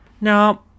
Now